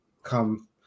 Come